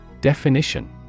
Definition